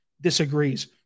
disagrees